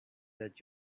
that